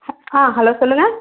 hello சொல்லுங்க